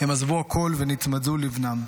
הם עזבו הכול ונצמדו לבנם.